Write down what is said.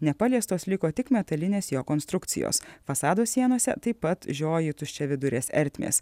nepaliestos liko tik metalinės jo konstrukcijos fasado sienose taip pat žioji tuščiavidurės ertmės